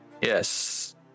Yes